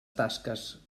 tasques